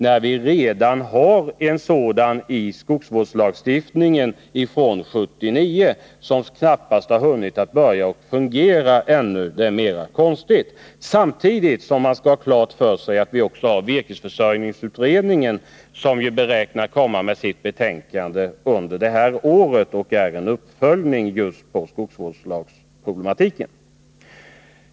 Vi har redan detta i skogsvårdslagstiftningen från 1979, som knappast har börjat fungera ännu. Vi har också virkesförsörjningsutredningen, som har sysslat med en uppföljning av skogsvårdsproblematiken och som beräknas komma med sitt betänkande i år.